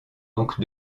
donc